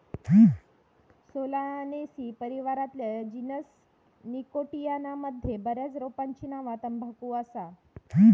Solanaceae परिवारातल्या genus Nicotiana मध्ये बऱ्याच रोपांची नावा तंबाखू असा